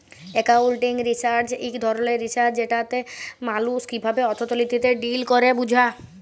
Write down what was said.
accounting research ইক ধরলের research যেটতে মালুস কিভাবে অথ্থলিতিতে ডিল ক্যরে বুঝা